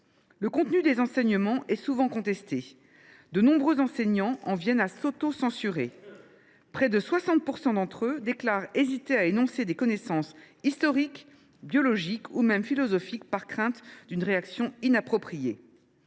Le contenu des enseignements est souvent contesté. De nombreux enseignants en viennent à l’autocensure. Près de 60 % d’entre eux déclarent hésiter à énoncer des connaissances historiques, biologiques ou même philosophiques par crainte d’une réaction inappropriée.